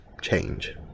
change